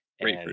great